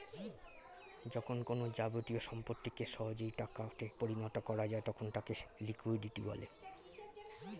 যখন কোনো যাবতীয় সম্পত্তিকে সহজেই টাকা তে পরিণত করা যায় তখন তাকে লিকুইডিটি বলে